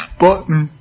button